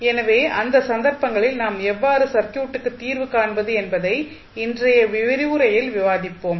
எனவே அந்த சந்தர்ப்பங்களில் நாம் எவ்வாறு சர்க்யூட்டுக்கு தீர்வு காண்பது என்பதை இன்றைய விரிவுரையில் விவாதிப்போம்